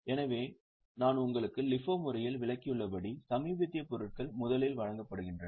எனவே நான் உங்களுக்கு LIFO முறையில் விளக்கியுள்ளபடி சமீபத்திய பொருட்கள் முதலில் வழங்கப்படுகின்றன